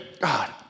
God